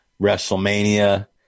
WrestleMania